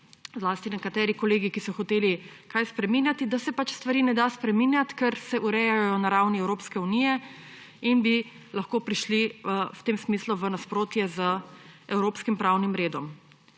zlasti nekateri kolegi, ki so hoteli kaj spreminjati, da se pač stvari ne da spreminjati, ker se urejajo na ravni Evropske unije in bi lahko prišli v tem smislu v nasprotje z evropskim pravnim redom.